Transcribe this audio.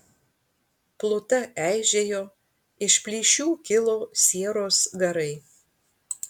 pluta eižėjo iš plyšių kilo sieros garai